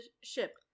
ship